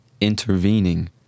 Intervening